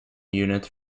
units